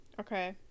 Okay